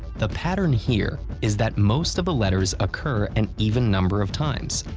the pattern here is that most of the letters occur an even number of times,